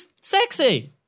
sexy